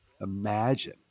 imagine